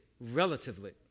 relatively